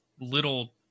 little